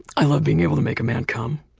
i love being able to make a man come.